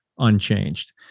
unchanged